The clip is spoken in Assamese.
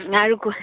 আৰু কোৱা